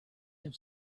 have